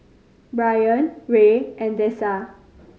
Bryan Rey and Dessa